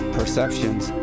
perceptions